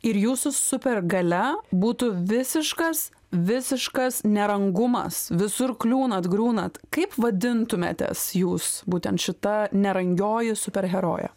ir jūsų supergalia būtų visiškas visiškas nerangumas visur kliūna griūnat kaip vadintumėtės jūs būtent šita nerangioji super herojė